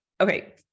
okay